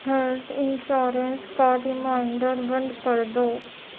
health insurance کا reminder بند کر دو